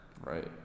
Right